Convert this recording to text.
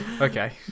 Okay